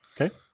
Okay